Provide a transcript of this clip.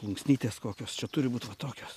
plunksnytės kokios čia turi būt va tokios